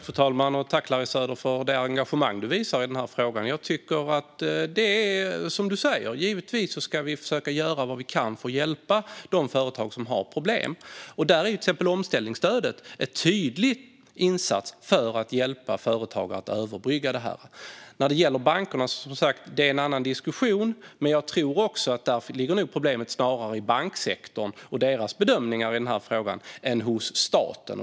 Fru talman! Jag tackar Larry Söder för det engagemang han visar i frågan. Jag tycker att det är som han säger - givetvis ska vi försöka göra vad vi kan för att hjälpa de företag som har problem. Till exempel är omställningsstödet en tydlig insats för att hjälpa företag att överbrygga detta. Detta med bankerna är som sagt en annan diskussion. Men där ligger nog problemet snarare hos banksektorn och deras bedömningar i frågan än hos staten.